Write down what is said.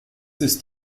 ist